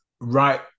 right